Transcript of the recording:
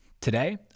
Today